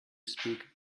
speak